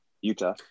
Utah